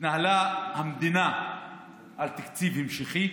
התנהלה המדינה על תקציב המשכי.